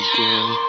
girl